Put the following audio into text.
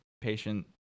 patient